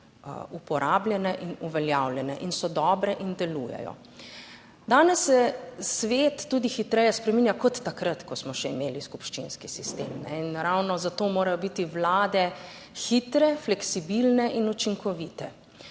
uporabljene in uveljavljene in so dobre in delujejo. Danes se svet tudi hitreje spreminja kot takrat, ko smo še imeli skupščinski sistem. In ravno zato morajo biti vlade hitre, fleksibilne in učinkovite.